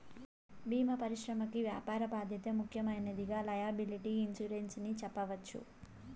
భీమా పరిశ్రమకి వ్యాపార బాధ్యత ముఖ్యమైనదిగా లైయబిలిటీ ఇన్సురెన్స్ ని చెప్పవచ్చు